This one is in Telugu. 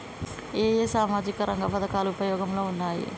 ఏ ఏ సామాజిక రంగ పథకాలు ఉపయోగంలో ఉన్నాయి?